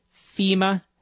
FEMA